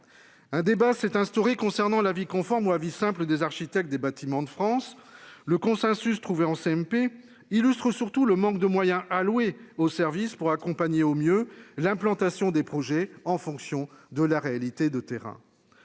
Un débat s'est instauré concernant l'avis conforme ou à vie simple des architectes des Bâtiments de France. Le consensus trouvé en CMP illustre surtout le manque de moyens alloués aux services pour accompagner au mieux l'implantation des projets en fonction de la réalité de terrain.